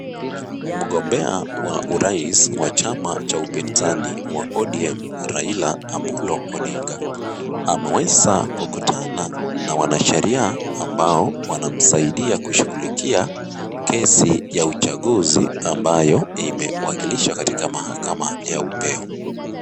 Mgombea wa urais wa chama cha upinzani wa ODM Raila Amolo Odinga. Ameweza kukutana na wanasheria ambao wanamsaidia kushughulikia kesi ya uchaguzi ambayo imewakilishwa katika mahakama ya upeo.